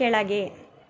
ಕೆಳಗೆ